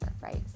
right